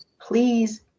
please